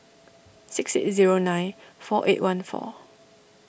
six eight zero nine four eight one four